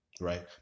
right